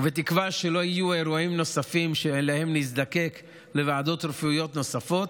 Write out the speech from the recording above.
ובתקווה שלא יהיו אירועים נוספים שבהם נזדקק לוועדות רפואיות נוספות,